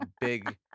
big